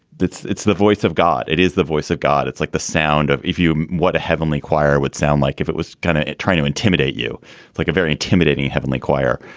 it's it's the voice of god. it is the voice of god. it's like the sound of if you want a heavenly choir would sound like if it was kind of trying to intimidate you like a very intimidating heavenly choir.